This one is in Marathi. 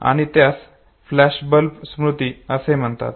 आणि त्यास फ्लॅशबल्ब स्मृती असे म्हणतात